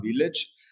Village